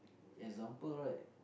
example right